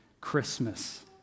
christmas